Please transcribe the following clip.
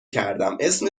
کردماسم